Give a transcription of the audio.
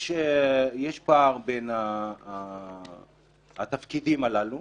יש פער בין התפקידים הללו,